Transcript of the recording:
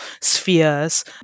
spheres